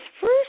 first